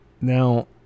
Now